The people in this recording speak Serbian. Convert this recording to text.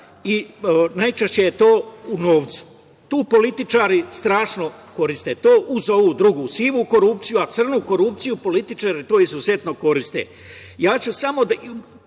i najčešće je to u novcu. To političari strašno koriste. To, uz ovu drugu sivu korupciju, a crnu korupciju, političari to izuzetno koriste. Ja ću samo da